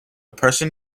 person